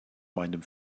meinem